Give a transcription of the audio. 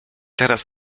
teraz